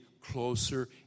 closer